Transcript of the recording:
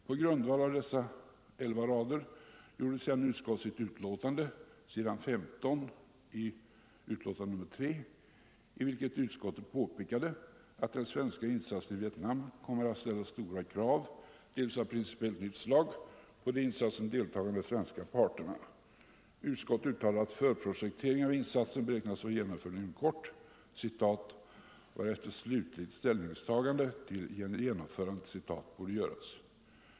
På grundval av dessa elva rader gjorde sedan utskottet sitt uttalande på s. 15 i betänkandet 1974:3, i vilket utskottet påpekade att den svenska insatsen i Vietnam skulle komma att ställa stora krav, delvis av principiellt nytt slag, på de i insatsen deltagande svenska parterna. Utskottet uttalade att förprojektering av insatsen beräknades vara genomförd inom kort, ”varefter slutgiltigt ställningstagande till genomförandet” borde göras.